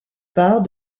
part